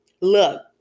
look